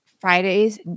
Fridays